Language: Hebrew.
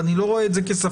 אני לא רואה את זה כשפה